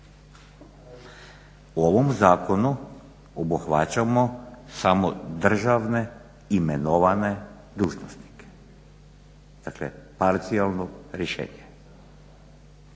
U ovom zakonu obuhvaćamo samo državne imenovane dužnosnike, dakle parcijalno rješenje.